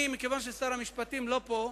מכיוון ששר המשפטים לא פה,